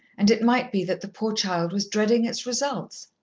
and it might be that the poor child was dreading its results.